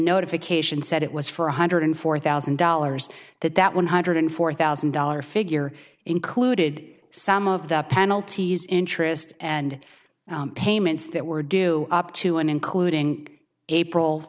notification said it was for one hundred four thousand dollars that that one hundred four thousand dollars figure included some of the penalties interest and payments that were due up to and including april